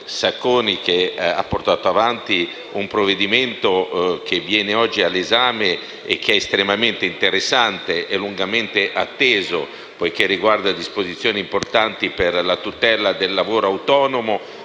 Sacconi che ha portato avanti un provvedimento che oggi verrà posto in votazione e che è estremamente interessante e lungamente atteso, poiché riguarda disposizioni importanti per la tutela del lavoro autonomo